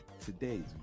Today's